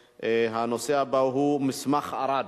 הנושא הבא הוא: מסמך ארד,